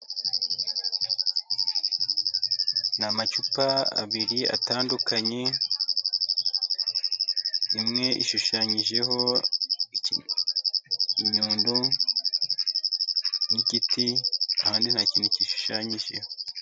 Ni amacupa abiri atandukanye. Rimwe rishushanyijeho inyundo n'igiti, ahandi nta kintu gishushanyijeho.